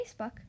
Facebook